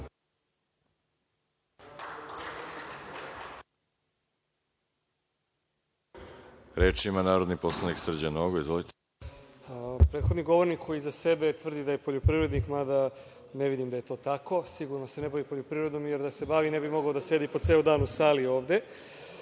Reč ima narodni poslanik Srđan Nogo. Izvolite. **Srđan Nogo** Prethodni govornik koji za sebe tvrdi da je poljoprivrednik, mada ne vidim da je to tako, sigurno se ne bavi poljoprivredom, jer da se bavi ne bi mogao da sedi ipak celi dan u sali ovde,